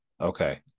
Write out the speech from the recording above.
Okay